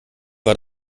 war